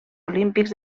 olímpics